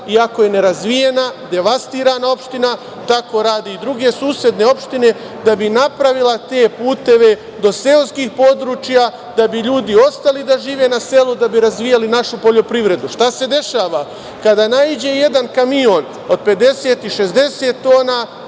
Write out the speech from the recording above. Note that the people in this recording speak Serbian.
iako je nerazvijena, devastirana opština. Tako rade i druge susedne opštine da bi napravili te puteve do seoskih područja, da bi ljudi ostali da žive na selu, da bi razvijali našu poljoprivredu. Šta se dešava kada naiđe jedan kamion od 50 i 60 tona